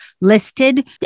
listed